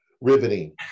Riveting